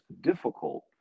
difficult